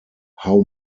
how